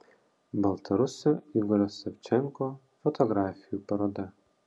baltarusio igorio savčenko fotografijų paroda